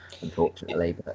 unfortunately